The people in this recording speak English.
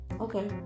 Okay